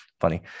Funny